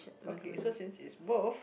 okay so since it's both